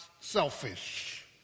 selfish